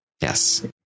yes